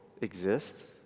exists